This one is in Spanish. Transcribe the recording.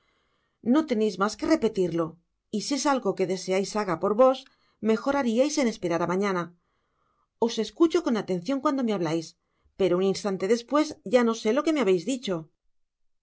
no teneis mas que repetirlo y si es algo que deseais haga por vos mejor hariais en esperar á mañana os escucho con atencion cuando me hablais pero un instante despues ya no se lo que me habeis dicho